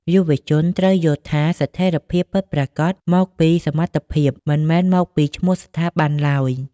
យុវជនត្រូវយល់ថា ស្ថិរភាពពិតប្រាកដមកពី សមត្ថភាព មិនមែនមកពីឈ្មោះស្ថាប័នឡើយ។